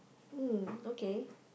mm okay